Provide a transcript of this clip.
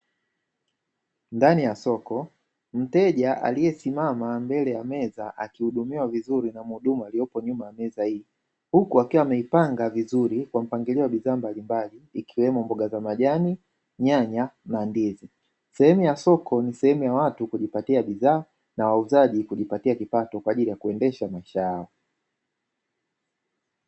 Ndani ya soko, mteja aliyesimama mbele ya meza akihudumiwa vizuri na muhudumu aliyepo nyuma ya meza hii huku akiwa ameipanga vizuri kwa mpangilio wa bidhaa mbalimbali, ikiwemo: mboga za majani, nyanya na ndizi. Sehemu ya soko ni sehemu ya watu kujipatia bidhaa na wauzaji kujipatia kipato kwa ajili ya kuendesha maisha yao.